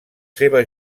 seva